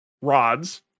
rods